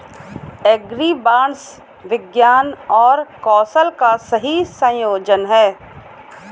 agribots विज्ञान और कौशल का सही संयोजन हैं